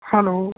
hello